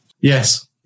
Yes